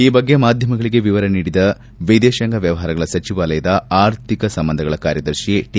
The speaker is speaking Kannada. ಈ ಬಗ್ಗೆ ಮಾಧ್ವಮಗಳಿಗೆ ವಿವರ ನೀಡಿದ ವಿದೇಶಾಂಗ ವ್ವವಹಾರಗಳ ಸಚಿವಾಲಯದ ಆರ್ಥಿಕ ಸಂಬಂಧಗಳ ಕಾರ್ಯದರ್ತಿ ಟಿ